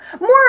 More